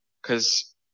Cause